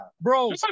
bro